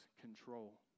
control